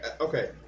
okay